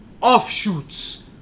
offshoots